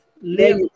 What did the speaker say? Live